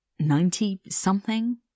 Ninety-something